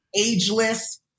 ageless